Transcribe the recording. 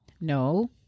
No